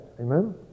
Amen